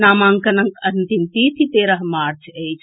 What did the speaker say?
नामांकनक अंतिम तिथि तेरह मार्च अछि